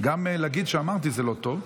גם להגיד שאמרתי זה לא טוב.